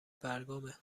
برگامه